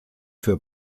für